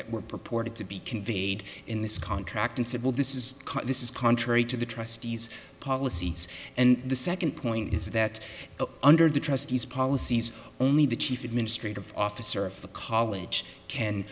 that were purported to be conveyed in this contract and said well this is this is contrary to the trustees policies and the second point is that under the trustees policies only the chief administrative officer of the college can